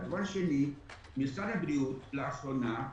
דבר שני, במשרד הבריאות לאחרונה,